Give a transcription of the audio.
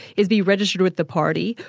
is be registered with the party,